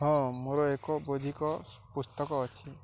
ହଁ ମୋର ଏକ ବୈଧିକ ପୁସ୍ତକ ଅଛି